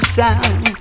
sound